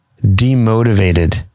demotivated